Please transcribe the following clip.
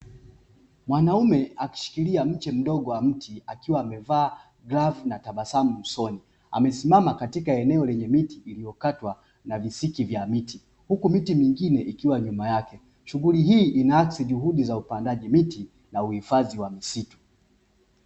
Mwanaume akishikilia mche mdogo wa mti, akiwa amevaa glovu na tabasamu usoni, amesimama katika eneo lenye miti iliyokatwa na visiki vya miti, huku miti mingine ikiwa nyuma yake. Shughuli hii inaakisi juhudi za upandaji miti na uhifadhi wa misitu.